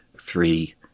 three